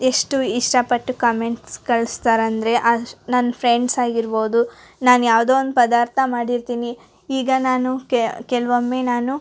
ಎಷ್ಟು ಇಷ್ಟ ಪಟ್ಟು ಕಮೆಂಟ್ಸ್ ಕಳ್ಸ್ತಾರಂದರೆ ಅದಷ್ಟು ನನ್ನ ಫ್ರೆಂಡ್ಸ್ ಆಗಿರ್ಬೋದು ನಾನು ಯಾವುದೋ ಒಂದು ಪದಾರ್ಥ ಮಾಡಿರ್ತೀನಿ ಈಗ ನಾನು ಕೆಲವೊಮ್ಮೆ ನಾನು